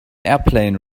airplane